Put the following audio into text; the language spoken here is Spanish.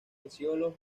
pecíolos